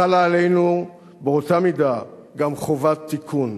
חלה עלינו באותה מידה גם חובת תיקון.